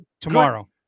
tomorrow